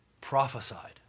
prophesied